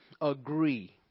agree